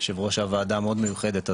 יושב-ראש הוועדה המאוד מיוחדת הזאת,